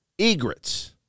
egrets